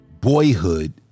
boyhood